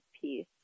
piece